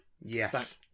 yes